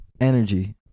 energy